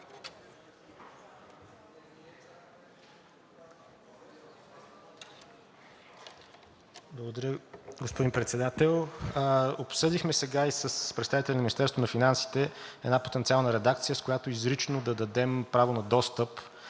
Благодаря, господин Председател. Обсъдихме сега и с представителите на Министерството на финансите една потенциална редакция, с която изрично да дадем право на достъп